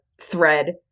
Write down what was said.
thread